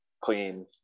clean